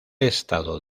estado